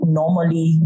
normally